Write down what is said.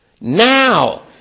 Now